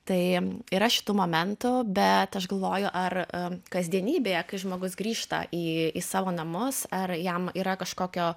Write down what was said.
tai yra šitų momentų bet aš galvoju ar kasdienybėje kai žmogus grįžta į į savo namus ar jam yra kažkokio